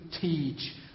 teach